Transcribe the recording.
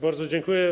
Bardzo dziękuję.